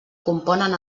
componen